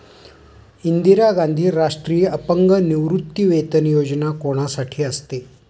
इंदिरा गांधी राष्ट्रीय अपंग निवृत्तीवेतन योजना कोणासाठी असते?